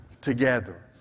together